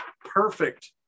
perfect